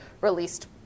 released